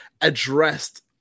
addressed